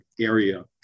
area